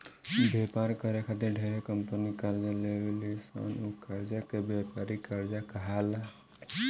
व्यापार करे खातिर ढेरे कंपनी कर्जा लेवे ली सन उ कर्जा के व्यापारिक कर्जा कहाला